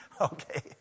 Okay